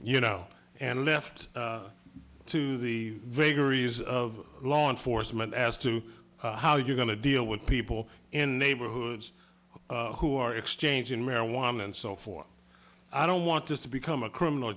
you know and left to the vagaries of law enforcement as to how you're going to deal with people in neighborhoods who are exchanging marijuana and so forth i don't want this to become a criminal